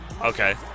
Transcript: Okay